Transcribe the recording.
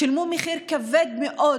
שילמו מחיר כבד מאוד